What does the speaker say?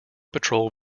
patrol